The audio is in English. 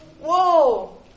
whoa